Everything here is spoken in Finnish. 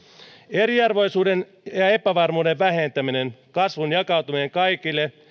eriarvoisuuden ja ja epävarmuuden vähentäminen kasvun jakautuminen kaikille